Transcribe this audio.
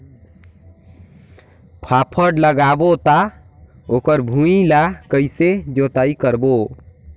फाफण लगाबो ता ओकर भुईं ला कइसे जोताई करबो?